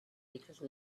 because